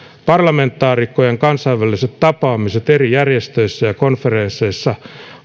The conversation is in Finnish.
parlamentaarikkojen kansainväliset tapaamiset eri järjestöissä ja konferensseissa